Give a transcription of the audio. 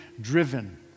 driven